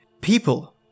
People